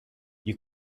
you